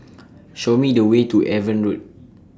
Show Me The Way to Avon Road